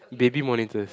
baby monitors